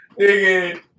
Nigga